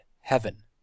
heaven